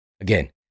Again